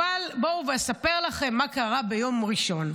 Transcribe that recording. אבל בואו ואספר לכם מה קרה ביום ראשון.